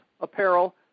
apparel